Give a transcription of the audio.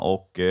Och